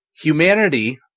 Humanity